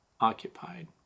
occupied